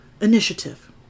initiative